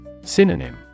Synonym